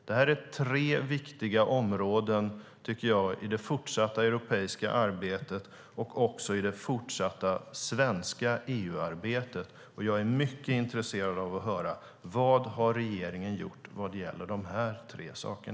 Detta är tre viktiga områden i det fortsatta europeiska arbetet och också i det fortsatta svenska EU-arbetet. Jag är mycket intresserad av att höra vad regeringen har gjort beträffande dessa tre saker.